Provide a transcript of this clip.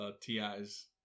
TI's